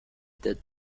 date